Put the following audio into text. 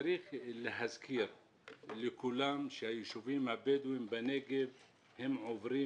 צריך להזכיר לכולם שהיישובים הבדואים בנגב עוברים